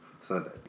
Sunday